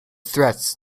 threats